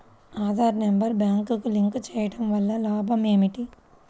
Aadhaar number బ్యాంక్నకు link చేయుటవల్ల లాభం ఏమిటి?